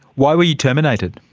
why were you terminated?